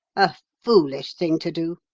a foolish thing to do.